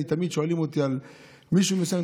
תמיד שואלים אותי על מישהו מסוים,